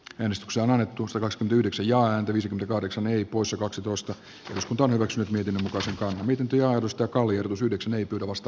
kristukseen annettu selvästi yhdeksi ja häntä viisi kahdeksan poissa kaksitoista luton hyväksy niiden asukkaat miten työhevosta kuljetusyrityksen ei kovasta